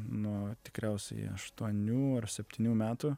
nuo tikriausiai aštuonių ar septynių metų